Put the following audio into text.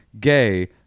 gay